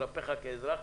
כלפיך כאזרח,